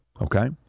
okay